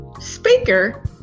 speaker